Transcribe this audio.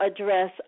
address